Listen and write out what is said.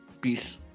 Peace